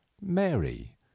Mary